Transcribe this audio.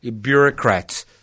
bureaucrats